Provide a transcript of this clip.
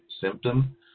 symptom